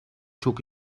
çok